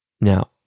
Now